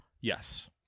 Yes